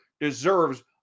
deserves